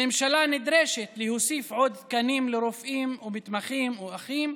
הממשלה נדרשת להוסיף עוד תקנים לרופאים ומתמחים ואחים,